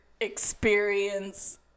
experience